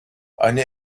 eine